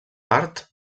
part